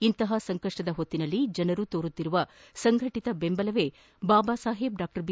ಇಂತಹ ಸಂಕಷ್ಷದ ಹೊತ್ತಿನಲ್ಲಿ ಜನರು ತೋರುತ್ತಿರುವ ಸಂಘಟತ ದೆಂಬಲವೇ ಬಾಬಾ ಸಾಹೇಬ್ ಡಾ ಬಿ